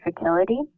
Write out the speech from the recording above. fertility